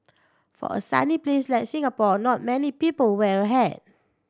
for a sunny place like Singapore a lot many people wear a hat